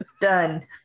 Done